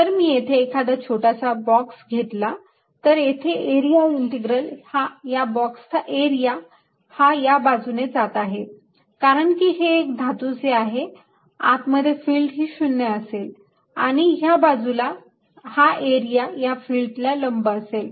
जर मी येथे एखादा छोटासा बॉक्स घेतला तर येथे एरिया इंटिग्रल या बॉक्सचा एरिया हा या बाजूने जात आहे कारण की हे एक धातूचे आहे आत मध्ये फिल्ड ही 0 असेल आणि ह्या बाजूला हा एरिया या फिल्डला लंब असेल